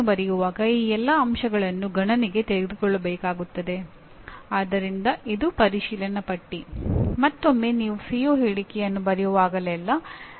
ಬೋಧನಾ ಮಾದರಿಗಳ ವಿಷಯವು ಸಾಕಷ್ಟು ಹಳೆಯದಾಗಿದೆ